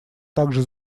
также